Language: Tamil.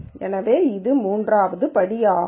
எனவே இது 3 படி ஆகும்